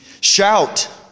Shout